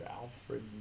Alfred